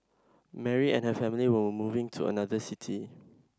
Mary and her family were moving to another city